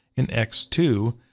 and x two,